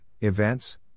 events